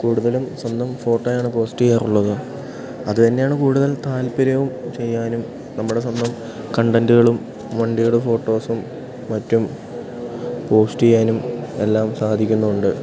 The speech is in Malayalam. കൂടുതലും സ്വന്തം ഫോട്ടോയാണ് പോസ്റ്റ് ചെയ്യാറുള്ളത് അതു തന്നെയാണ് കൂടുതൽ താൽപര്യവും ചെയ്യാനും നമ്മുടെ സ്വന്തം കണ്ടൻ്റുകളും വണ്ടിയുടെ ഫോട്ടോസും മറ്റും പോസ്റ്റ് ചെയ്യാനും എല്ലാം സാധിക്കുന്നുണ്ട്